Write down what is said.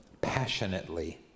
passionately